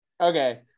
Okay